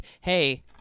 hey